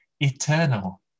eternal